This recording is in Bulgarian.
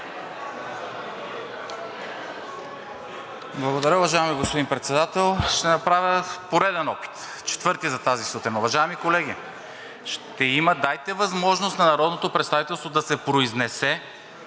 Благодаря, уважаеми господин Председател. Ще направя пореден опит, четвърти за тази сутрин. Уважаеми колеги, дайте възможност на народното представителство да се произнесе